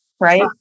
right